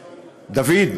דוד,